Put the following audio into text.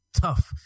tough